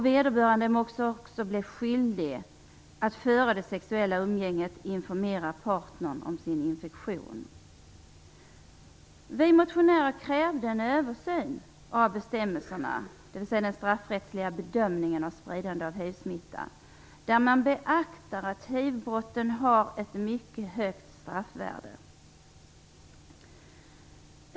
Vederbörande måste också bli skyldig att före det sexuella umgänget informera partnern om sin infektionen. Vi motionärer krävde en översyn av bestämmelserna, dvs. av den straffrättsliga bedömningen av spridande av hivsmitta, med beaktande av att hivbrotten har ett mycket högt straffvärde.